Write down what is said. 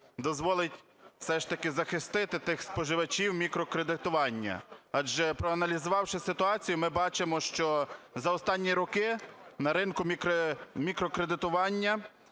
дозволить все ж таки захистити тих споживачів мікрокредитування, адже, проаналізувавши ситуацію, ми бачимо, що за останні роки на ринку мікрокредитування